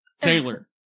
taylor